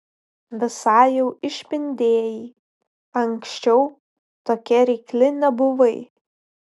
visai jau išpindėjai anksčiau tokia reikli nebuvai